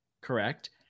Correct